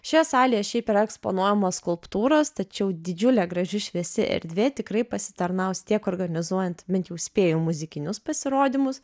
šioje salėje šiaip yra eksponuojamos skulptūros tačiau didžiulė graži šviesi erdvė tikrai pasitarnaus tiek organizuojant bent jau spėju muzikinius pasirodymus